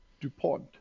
DuPont